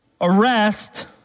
arrest